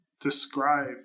describe